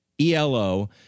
ELO